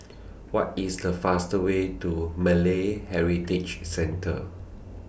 What IS The faster Way to Malay Heritage Centre